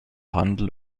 handel